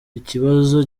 ikibazo